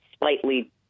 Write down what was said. slightly